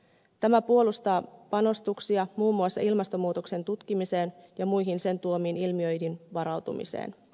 tämä puolustaa panostuksia muun muassa ilmastonmuutoksen tutkimiseen ja muihin sen tuomiin ilmiöihin varautumiseen